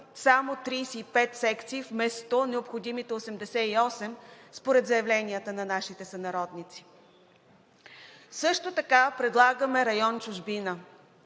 само 35 секции вместо необходимите 88 според заявленията на нашите сънародници. Също така предлагаме район „Чужбина“.